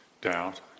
doubt